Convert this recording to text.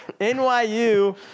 NYU